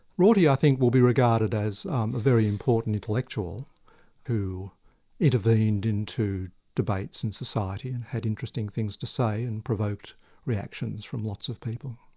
rorty i think will be regarded as um a very important intellectual who intervened into debates in society and had interesting things to say and provoked reactions from lots of people.